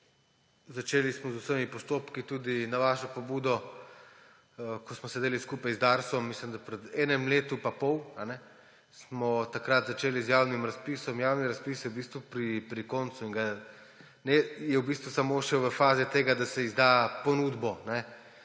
začeli smo z vsemi postopki, tudi na vašo pobudo, ko smo sedeli skupaj z Darsom pred enim letom in pol, smo takrat začeli z javnim razpisom. Javni razpis je v bistvu pri koncu, je samo še v fazi tega, da se izda ponudbo med